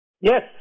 Yes